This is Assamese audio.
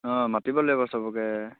অঁ মাতিব লাগিব চবকে